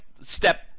step